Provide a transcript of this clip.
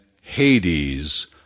Hades